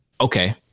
Okay